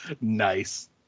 Nice